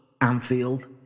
Anfield